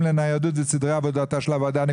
לניידות ואת סדרי עבודתה של הוועדה?